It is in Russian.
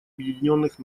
объединенных